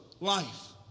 life